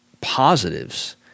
positives